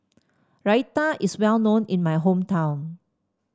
Raita is well known in my hometown